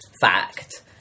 fact